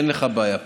אין לך בעיה פה.